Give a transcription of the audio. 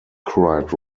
cried